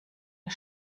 der